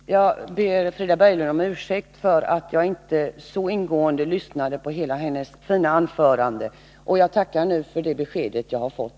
Herr talman! Jag ber Frida Berglund om ursäkt för att jag inte tillräckligt ingående lyssnade på hela hennes fina anförande. Jag tackar för det besked jag nu har fått.